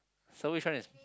so which one is